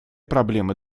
проблемы